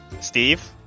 Steve